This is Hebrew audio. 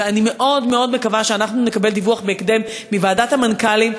ואני מאוד מאוד מקווה שאנחנו נקבל דיווח בהקדם מוועדת המנכ"לים,